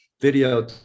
video